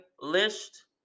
list